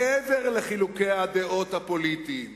מעבר לחילוקי הדעות הפוליטיים